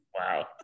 Wow